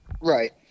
Right